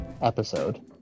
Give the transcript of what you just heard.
episode